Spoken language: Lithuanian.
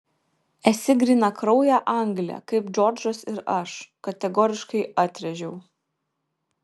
esi grynakraujė anglė kaip džordžas ir aš kategoriškai atrėžiau